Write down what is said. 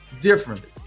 differently